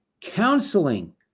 counseling